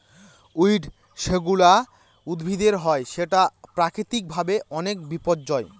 weed যেগুলা উদ্ভিদের হয় সেটা প্রাকৃতিক ভাবে অনেক বিপর্যই